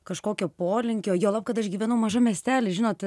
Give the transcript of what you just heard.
kažkokio polinkio juolab kad aš gyvenu mažam miestely žinot